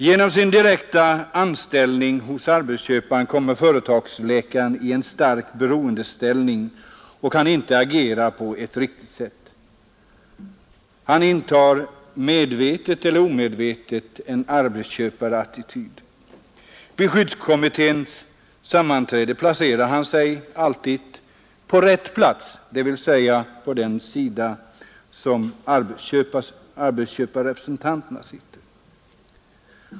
Genom sin direkta anställning hos arbetsköparen kommer företagsläkaren i en stark beroendeställning och kan inte agera på ett riktigt sätt. Han intar medvetet eller omedvetet en arbetsköparattityd. Vid skyddskommitténs sammanträden placerar han sig alltid på ”rätt” sida, dvs. på den sida där arbetsköparrepresentanterna sitter.